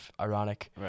ironic